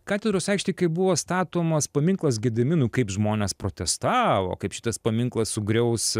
katedros aikštėj kai buvo statomas paminklas gediminui kaip žmonės protestavo kaip šitas paminklas sugriaus